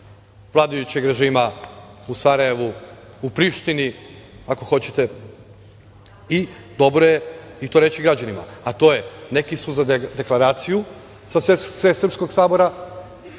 vladajućeg režima u Sarajevu i Prištivni, ako hoćete i to je dobro reći građanima i to je neki su za deklaraciju sa Svesrpskog sabora,